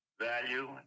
value